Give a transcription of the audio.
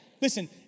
Listen